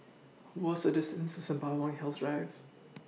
What's The distance to Sembawang Hills Drive